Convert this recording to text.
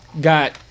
got